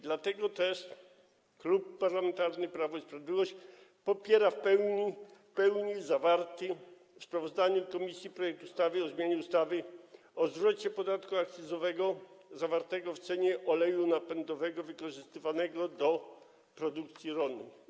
Dlatego też Klub Parlamentarny Prawo i Sprawiedliwość popiera w pełni zawarty w sprawozdaniu komisji projekt ustawy o zmianie ustawy o zwrocie podatku akcyzowego zawartego w cenie oleju napędowego wykorzystywanego do produkcji rolnej.